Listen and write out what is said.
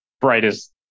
brightest